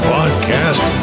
Podcast